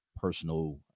personal